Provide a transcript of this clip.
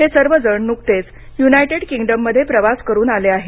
हे सर्वजण नुकतेच युनायटेड किंगडममध्ये प्रवास करून आले आहेत